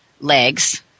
legs